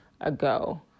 ago